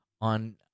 on